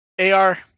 AR